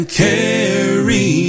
carry